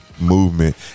movement